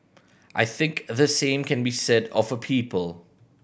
I think the same can be said of a people